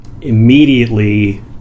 immediately